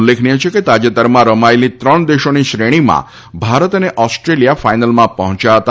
ઉલ્લેખનીય છે કે તાજેતરમાં રમાયેલી ત્રણ દેશોની શ્રેણીમાં ભારત અને ઓસ્ટ્રેલિયા ફાઇનલમાં પહોચ્યા હતા